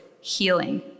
healing